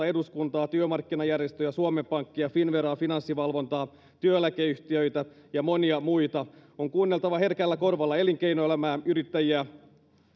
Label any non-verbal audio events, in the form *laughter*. *unintelligible* eduskuntaa työmarkkinajärjestöjä suomen pankkia finnveraa finanssivalvontaa työeläkeyhtiöitä ja monia muita on kuunneltava herkällä korvalla elinkeinoelämää yrittäjiä